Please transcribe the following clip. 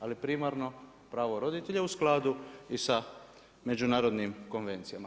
Ali primarno pravo roditelja i u skladu sa međunarodnim konvencijama.